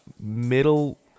middle